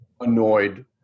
annoyed